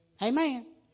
Amen